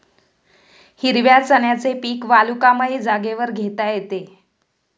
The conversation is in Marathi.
हिरव्या चण्याचे पीक वालुकामय जागेवर घेता येते